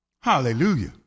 hallelujah